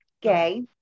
gay